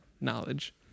knowledge